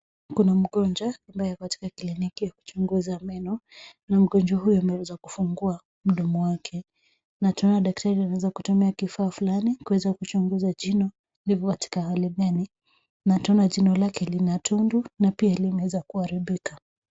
Kuna mgonjwa ambaye ako katika kliniki ya kuchunguza meno na mgonjwa huyu ameweza kufungua mdomo wake na tunaona daktari ameweza kutumia kifaa fulani kuweza kuchunguza jino lipo katika hali gani na tunaona jino lake lina tundu na pia limeweza kuharibika.